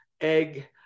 egg